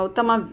उत्तमः